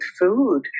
food